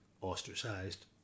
ostracized